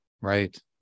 Right